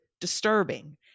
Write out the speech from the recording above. disturbing